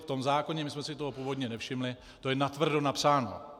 V tom zákoně, my jsme si toho původně nevšimli, to je natvrdo napsáno.